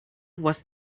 was